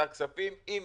הכספים עם